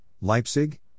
Leipzig